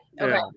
okay